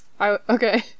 okay